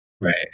right